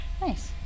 Nice